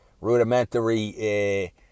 rudimentary